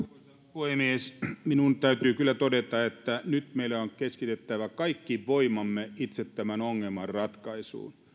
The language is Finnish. puhemies minun täytyy kyllä todeta että nyt meidän on keskitettävä kaikki voimamme itse tämän ongelman ratkaisuun